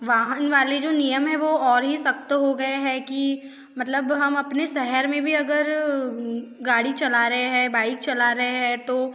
नियम हैं वो और ही सक़्त हो गए है कि मतलब हम ओने शहर में भी अगर गाड़ी चला रहे हैं बाइक चला रहे हैं तो